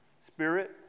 Spirit